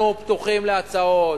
אנחנו פתוחים להצעות,